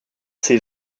ses